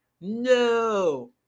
No